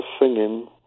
singing